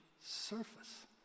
surface